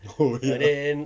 oh